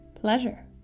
pleasure